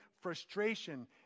frustration